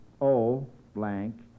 O-blank